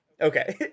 Okay